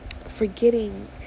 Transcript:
forgetting